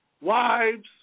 wives